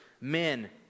men